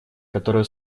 которую